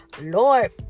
lord